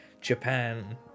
Japan